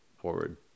forward